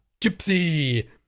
gypsy